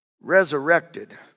resurrected